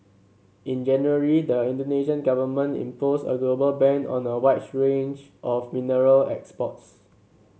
in January the Indonesian Government imposed a global ban on a wide range of mineral exports